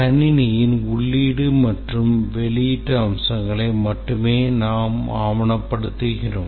கணினியின் உள்ளீடு மற்றும் வெளியீடு அம்சங்களை மட்டுமே நாம் ஆவணப்படுத்துகிறோம்